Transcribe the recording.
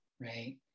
right